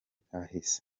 kahise